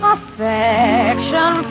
Affection